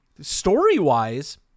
Story-wise